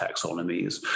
taxonomies